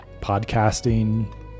podcasting